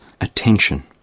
attention